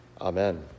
Amen